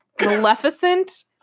Maleficent